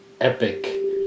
epic